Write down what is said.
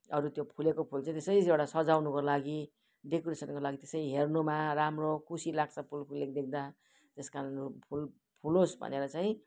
अरू त्यो फुलेको फुल चाहिँ त्यसै एउटा सजाउनको लागि डेकोरेसनको लागि त्यसै हेर्नुमा राम्रो खुसी लाग्छ फुल फुलेको देख्दा त्यस कारण फुल फुलोस् भनेर चाहिँ